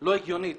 לא הגיונית